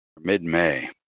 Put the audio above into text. mid-May